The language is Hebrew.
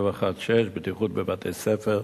1716, בטיחות בבתי-ספר,